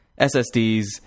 SSDs